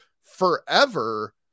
forever